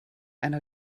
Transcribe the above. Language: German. einer